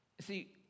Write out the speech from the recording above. see